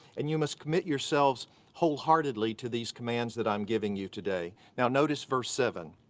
and you must commit yourselves wholeheartedly to these commands that i'm giving you today. now notice verse seven.